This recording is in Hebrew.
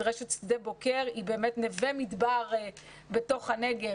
מדרשת שדה בוקר היא באמת נווה-מדבר בתוך הנגב.